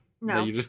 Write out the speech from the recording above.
No